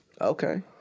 Okay